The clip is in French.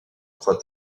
croix